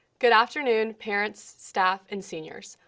good afternoon, parents, staff and seniors.